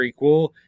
prequel